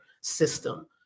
system